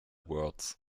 words